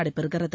நடைபெறுகிறது